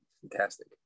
Fantastic